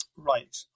right